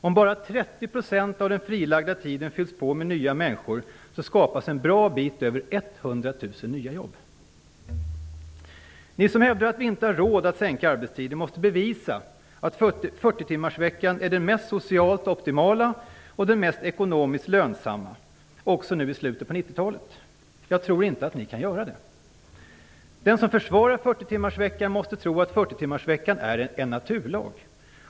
Om 30 % av den frilagda tiden fylls på med jobb för många nya människor skapas en bra bit över Ni som hävdar att vi inte har råd med att sänka arbetstiden måste bevisa att 40 timmar i veckan är det socialt optimala, det ekonomiskt mest lönsamma också i slutet på 90-talet. Jag tror inte att ni kan göra det. Den som försvarar 40-timmarsveckan måste tro att 40 timmar i veckan är en naturlag.